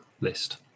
list